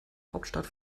hauptstadt